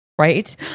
right